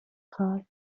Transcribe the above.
کار